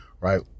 right